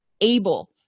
able